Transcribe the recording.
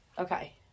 Okay